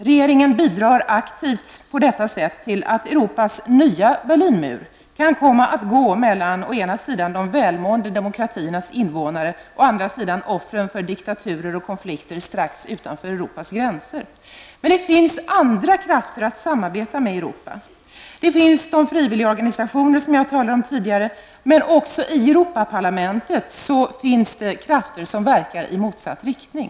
Regeringen bidrar aktivt på detta sätt till att Europas nya Berlinmur kan komma att gå mellan å ena sidan de välmående demokratiernas invånare och å andra sidan offer för diktaturer och konflikter strax utanför Europas gränser. Det finns andra krafter att samarbeta med i Europa, såsom de frivilligorganisationer som jag talade om tidigare. Också i Europaparlamentet finns det krafter som verkar i motsatt riktning.